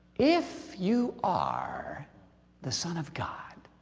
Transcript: if you are the son of god,